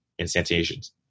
instantiations